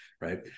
right